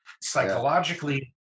psychologically